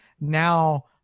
now